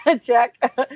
Jack